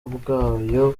bwayo